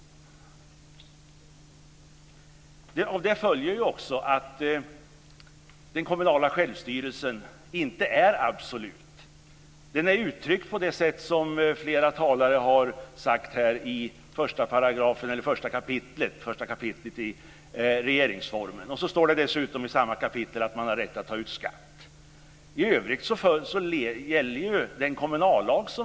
Av detta följer också att den kommunala självstyrelsen inte är absolut. Den är uttryckt, som flera talare har sagt här, i 1 kap. i regeringsformen. I samma kapitel står det att man har rätt att ta ut skatt. I övrigt gäller kommunallagen.